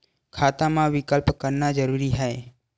खाता मा विकल्प करना जरूरी है?